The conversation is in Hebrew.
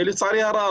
לצערי הרב,